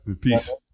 Peace